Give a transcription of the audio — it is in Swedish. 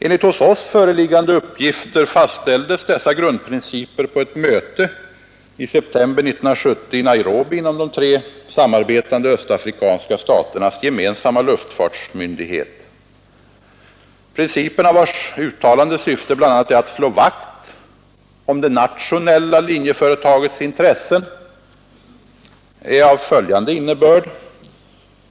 Enligt hos oss föreliggande uppgifter fastställdes dessa grundprinciper på ett möte med de tre samarbetande östafrikanska staternas gemensamma luftfartsmyndighet i Nairobi i september 1970. Principerna vilkas uttalade syfte bl.a. är att slå vakt om det nationella linjeföretagets intresse är av följande innebörd.